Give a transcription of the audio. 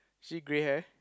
she grey hair